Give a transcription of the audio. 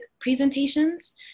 presentations